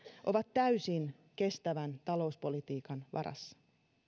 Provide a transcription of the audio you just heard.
ovat täysin kestävän talouspolitiikan varassa